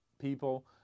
people